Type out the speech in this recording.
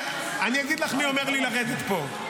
אני אגיד לך מי אומר לי לרדת פה.